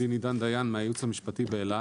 אני מהייעוץ המשפטי בחברת אל על.